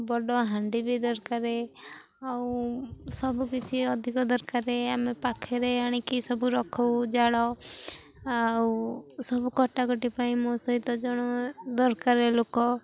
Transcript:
ବଡ଼ ହାଣ୍ଡି ବି ଦରକାର ଆଉ ସବୁକିଛି ଅଧିକ ଦରକାର ଆମେ ପାଖରେ ଆଣିକି ସବୁ ରଖୁ ଜାଳ ଆଉ ସବୁ କଟାକଟି ପାଇଁ ମୋ ସହିତ ଜଣେ ଦରକାର ଲୋକ